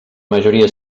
majoria